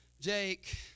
Jake